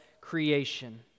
creation